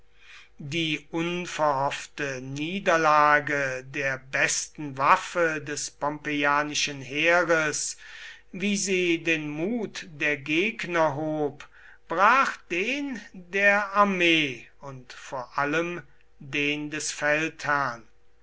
die unverhoffte niederlage der besten waffe des pompeianischen heeres wie sie den mut der gegner hob brach den der armee und vor allem den des feldherrn